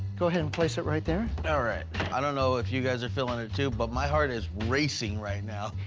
go ahead and place it right there. all right i don't know if you guys are feeling it too, but my heart is racing right now.